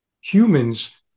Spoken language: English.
Humans